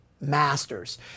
masters